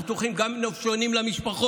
אנחנו תומכים גם בנופשונים למשפחות,